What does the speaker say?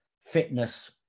fitness